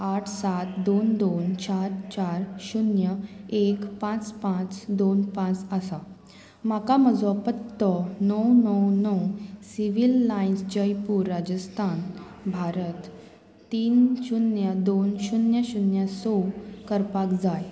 आठ सात दोन दोन चार चार शुन्य एक पांच पांच दोन पांच आसा म्हाका म्हजो पत्तो णव णव णव सिवील लायन्स जयपूर राजस्थान भारत तीन शुन्य दोन शुन्य शुन्य स करपाक जाय